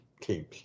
teams